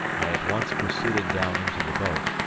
i at once proceeded down into the boat,